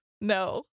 No